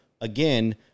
again